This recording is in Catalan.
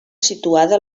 situada